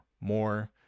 more